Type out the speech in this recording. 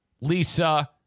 Lisa